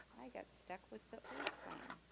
i got stuck with the old plan.